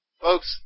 Folks